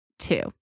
two